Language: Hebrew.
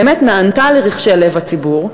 באמת נענתה לרחשי לב הציבור,